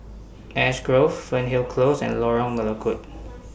Ash Grove Fernhill Close and Lorong Melukut